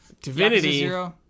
Divinity